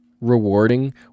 rewarding